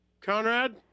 Conrad